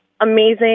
amazing